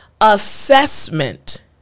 assessment